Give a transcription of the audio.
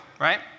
right